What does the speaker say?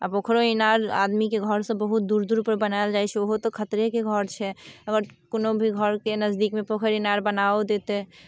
आ पोखरिओ इनार आदमीके घरसँ बहुत दूर दूरपर बनायल जाइ छै ओहो तऽ खतरेके घर छै अगर कोनो भी घरके नजदीकमे पोखरि इनार बनाओ देतै